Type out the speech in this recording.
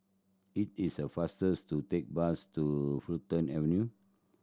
it is a fastest to take bus to Fulton Avenue